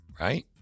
right